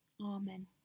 Amen